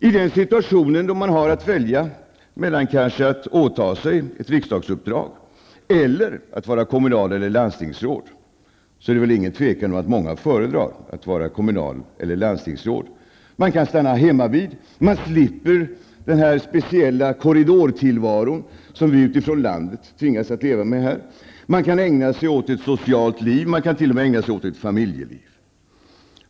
I den situation då man har att välja mellan att kanske åta sig ett riksdagsuppdrag eller att vara kommunal eller landstingsråd, är det väl ingen tvekan om att många föredrar att vara kommunal eller landstingsråd. Man kan stanna hemmavid. Man slipper den speciella korridortillvaro som vi ledamöter från landsorten tvingas att leva med här. Man kan ägna sig åt ett socialt liv och t.o.m. ett familjeliv.